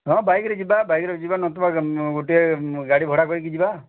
ହଁ ବାଇକି ରେ ଯିବା ବାଇକି ରେ ଯିବା ନଥବା ଗୋଟିଏ ଗାଡ଼ି ଭଡ଼ା କରିକି ଯିବା